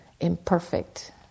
imperfect